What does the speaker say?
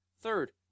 Third